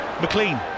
McLean